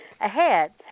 ahead